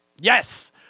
Yes